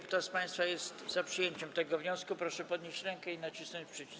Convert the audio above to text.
Kto z państwa jest za przyjęciem tego wniosku, proszę podnieść rękę i nacisnąć przycisk.